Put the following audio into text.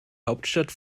hauptstadt